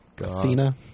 Athena